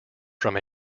from